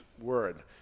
word